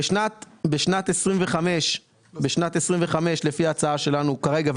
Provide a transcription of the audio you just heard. בשנת 25' לפי ההצעה שלנו כרגע,